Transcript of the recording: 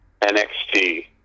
NXT